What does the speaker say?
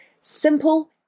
simple